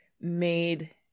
made